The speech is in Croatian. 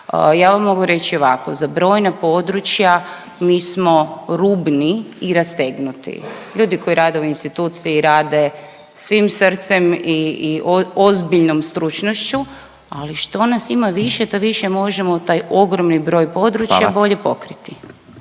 Ja vam mogu reći ovako, za brojna područja mi smo rubni i rastegnuti. Ljudi koji rade u instituciji rade svim srcem i, i ozbiljnom stručnošću ali što nas ima više to više možemo taj ogromni broj područja …/Upadica